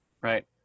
Right